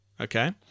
Okay